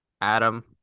Adam